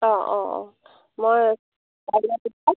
অঁ অঁ অঁ মই চাই লওঁ লিষ্টখন